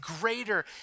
greater